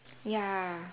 ya